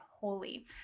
holy